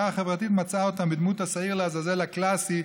החברתית מצאה אותם בדמות השעיר לעזאזל הקלאסי,